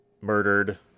murdered